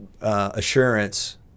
Assurance